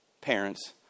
parents